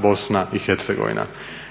program Hrvatska-BiH.